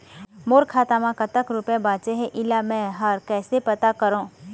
मोर खाता म कतक रुपया बांचे हे, इला मैं हर कैसे पता करों?